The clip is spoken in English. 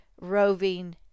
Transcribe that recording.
roving